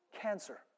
Cancer